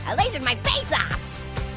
ah lasered my face off.